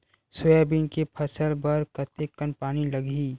Soybean के फसल बर कतेक कन पानी लगही?